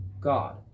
God